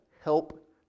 help